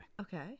Okay